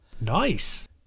Nice